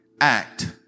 act